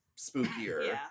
spookier